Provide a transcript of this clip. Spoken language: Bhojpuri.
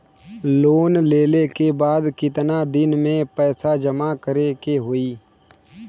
लोन लेले के बाद कितना दिन में पैसा जमा करे के होई?